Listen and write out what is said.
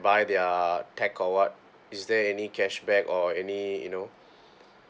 buy their tech or what is there any cashback or any you know